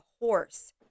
horse